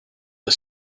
the